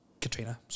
Katrina